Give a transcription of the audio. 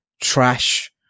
trash